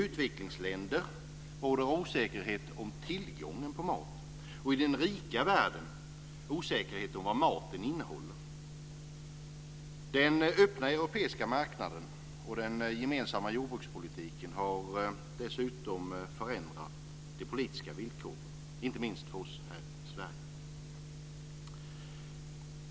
I utvecklingsländer råder osäkerhet om tillgången på mat och i den rika världen osäkerhet om vad maten innehåller. Dessutom har den öppna europeiska marknaden och den gemensamma jordbrukspolitiken förändrat de politiska villkoren, inte minst för oss här i Sverige.